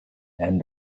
and